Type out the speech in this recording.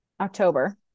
october